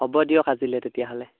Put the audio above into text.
হ'ব দিয়ক আজিলে তেতিয়াহ'লে